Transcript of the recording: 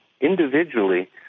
individually